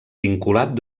vinculat